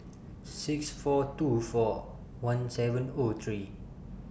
six four two four one seven O three